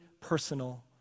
personal